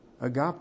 agape